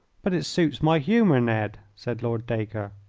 but it suits my humour, ned, said lord dacre.